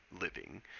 living